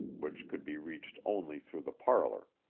which could be reached only through the parlor.